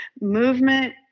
movement